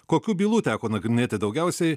kokių bylų teko nagrinėti daugiausiai